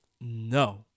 No